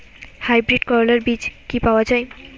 Hybrid করলার বীজ কি পাওয়া যায়?